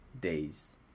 days